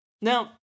Now